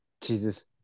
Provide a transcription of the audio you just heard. Jesus